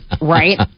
Right